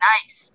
Nice